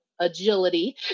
agility